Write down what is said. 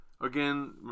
again